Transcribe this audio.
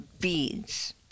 beads